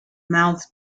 mouth